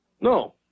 No